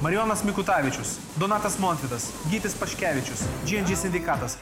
marijonas mikutavičius donatas montvydas gytis paškevičius džy en džy sindikatas